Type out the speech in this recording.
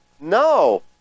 no